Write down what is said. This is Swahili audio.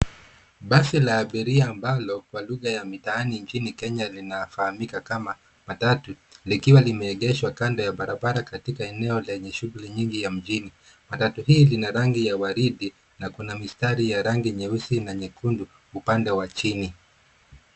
Basi la abiria ambalo kwa lugha ya mitaani nchini Kenya linafahamika kama matatu, likiwa limeegeshwa kando ya barabara katika eneo lenye shuguli nyingi mjini. Matatu hii ina rangi ya waridi, na kuna mistari ya rangi nyeusi na nyekundu upande wa chini.